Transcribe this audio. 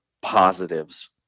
positives